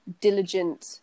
diligent